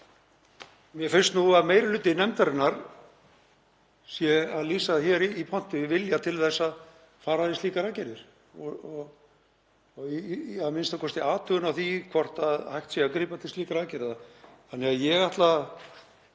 Mér finnst nú að meiri hluti nefndarinnar sé að lýsa hér í pontu vilja til þess að fara í slíkar aðgerðir, a.m.k. athugun á því hvort hægt sé að grípa til slíkra aðgerða.